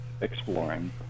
exploring